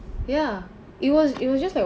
ya it was it was just like